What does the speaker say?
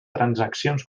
transaccions